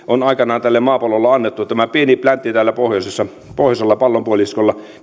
on aikoinaan täällä maapallolla annettu pitäähän tätä pientä plänttiä täällä pohjoisessa pohjoisella pallonpuoliskolla